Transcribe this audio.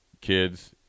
kids